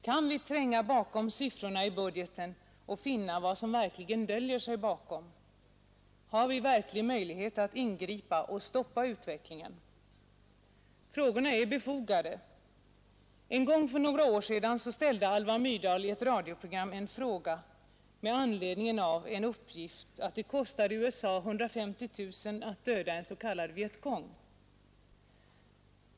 Kan vi tränga bakom siffrorna i budgeten och finna vad som verkligen döljer sig där? Har vi verklig möjlighet att ingripa och stoppa utvecklingen? Frågorna är befogade. För några år sedan ställde Alva Myrdal i ett radioprogram en fråga med anledning av en uppgift att det kostade USA 150 000 att döda en s.k. viet cong.